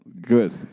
Good